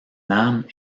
nam